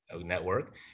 network